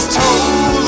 told